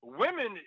women